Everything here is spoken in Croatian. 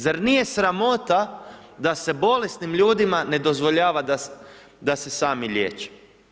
Zar nije sramota da se bolesnim ljudima ne dozvoljava da se sami liječe?